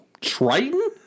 Triton